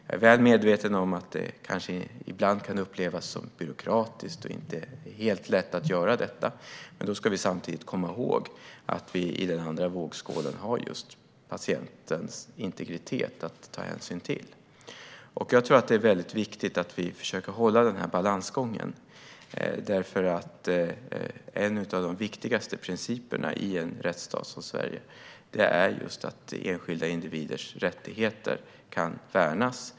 Jag är väl medveten om att det ibland kanske kan upplevas som byråkratiskt och inte helt lätt att göra detta, men vi ska samtidigt komma ihåg att vi i den andra vågskålen har just patientens integritet att ta hänsyn till. Jag tror att det är viktigt att vi försöker hålla denna balans. En av de viktigaste principerna i en rättsstat som Sverige är just att enskilda individers rättigheter kan värnas.